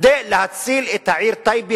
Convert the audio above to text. כדי להציל את העיר טייבה,